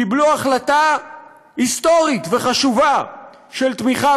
קיבלו החלטה היסטורית וחשובה של תמיכה